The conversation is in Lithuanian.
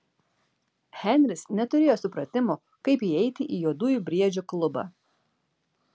henris neturėjo supratimo kaip įeiti į juodųjų briedžių klubą